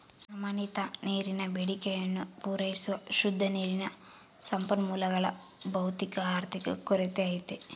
ಪ್ರಮಾಣಿತ ನೀರಿನ ಬೇಡಿಕೆಯನ್ನು ಪೂರೈಸುವ ಶುದ್ಧ ನೀರಿನ ಸಂಪನ್ಮೂಲಗಳ ಭೌತಿಕ ಆರ್ಥಿಕ ಕೊರತೆ ಐತೆ